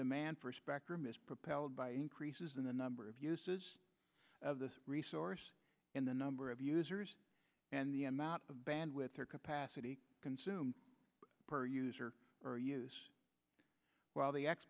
demand for spectrum is propelled by increases in the number of uses of this resource in the number of users and the amount of bandwidth their capacity consumed per user or use while the